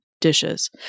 dishes